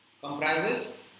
comprises